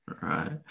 Right